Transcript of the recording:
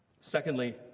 Secondly